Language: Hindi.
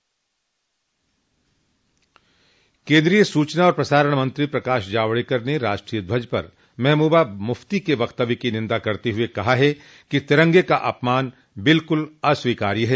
केन्द्रीय सूचना और प्रसारण मंत्री प्रकाश जावड़ेकर ने राष्ट्रीय ध्वज पर महबूबा मुफ्ती के वक्तव्य की निंदा करते हुए कहा है कि तिरंगे का अपमान बिल्कुल अस्वीकार्य है